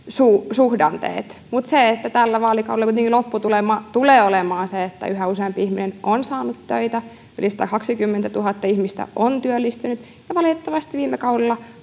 suhdanteet mutta tällä vaalikaudella kuitenkin lopputulema tulee olemaan se että yhä useampi ihminen on saanut töitä yli satakaksikymmentätuhatta ihmistä on työllistynyt ja valitettavasti viime kaudella